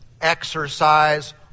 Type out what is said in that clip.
exercise